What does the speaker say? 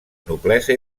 noblesa